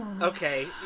Okay